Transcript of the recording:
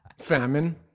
Famine